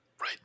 Right